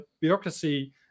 bureaucracy